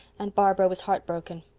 and barbara was heartbroken.